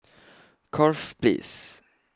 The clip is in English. Corfe Place